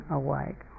awake